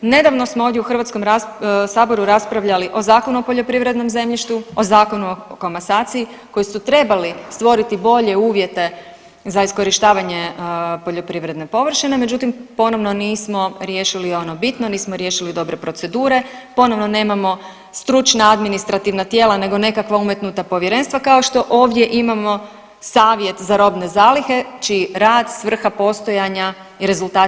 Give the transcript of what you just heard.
Nedavno smo ovdje u Hrvatskom saboru raspravljali o Zakonu o poljoprivrednom zemljištu, o Zakonu o komasaciji koji su trebali stvoriti bolje uvjete za iskorištavanje poljoprivredne površine, međutim ponovno nismo riješili ono bitno, nismo riješili dobre procedure, ponovno nemamo stručna administrativna tijela nego nekakva umetnuta povjerenstva kao što ovdje imamo Savjet za robne zalihe, čiji rad, svrha postojanja i rezultati rada ne postoje.